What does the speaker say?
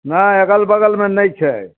नहि अगल बगलमे नहि छै